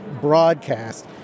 broadcast